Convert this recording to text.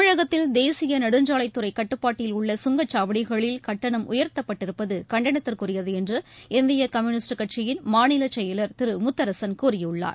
தமிழகத்தில் தேசிய நெடுஞ்சாலைத்துறை கட்டுப்பாட்டில் உள்ள சுங்கச்சாவடிகளில் கட்டணம் உயர்த்தப்ப்ட்டிருப்பது கண்டனத்திற்குரியது என்று இந்திய கம்யூனிஸ்ட் கட்சியின் மாநிலச்செயலர் திரு முத்தரசன் கூறியுள்ளார்